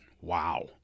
wow